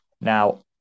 Now